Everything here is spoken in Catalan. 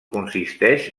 consisteix